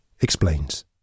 explains